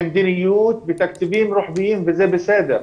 על מדיניות ועל תקציבים רוחביים וזה בסדר,